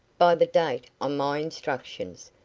by the date on my instructions,